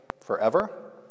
forever